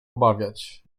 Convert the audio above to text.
obawiać